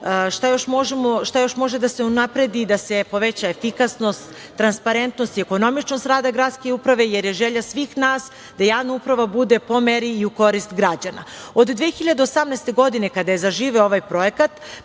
šta još može da se unapredi da se poveća efikasnost, transparentnost i ekonomičnost rada gradske uprave, jer je želja svih nas da javna uprava bude po meri i u korist građana. Od 2018. godine, kada je zaživeo ovaj projekat,